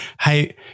Hey